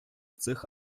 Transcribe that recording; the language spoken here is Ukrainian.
цих